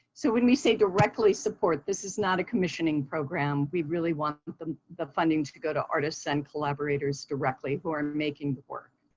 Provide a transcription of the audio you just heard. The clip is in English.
so when we say directly support, this is not a commissioning program. we really want the the funding to go to artists and collaborators directly who are making it work.